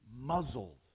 muzzled